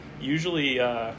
Usually